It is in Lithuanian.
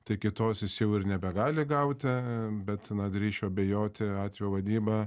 tai kitos jis jau ir nebegali gauti bet na drįsčiau abejoti atvejo vadyba